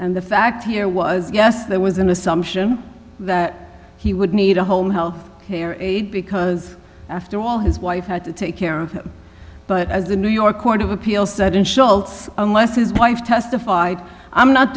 and the fact here was yes there was an assumption that he would need a home health care aide because after all his wife had to take care of but as the new york court of appeal said in scholtz unless his wife testified i'm not